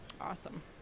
Awesome